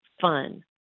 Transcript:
fun